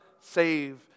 save